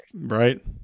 Right